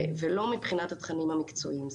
ולא מבחינת התכנים המקצועיים.